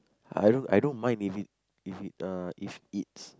I don't I don't mind if it if it uh if it's